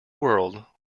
world